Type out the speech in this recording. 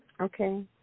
Okay